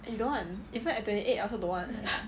eh don't want even at twenty eight I also don't want